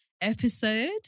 episode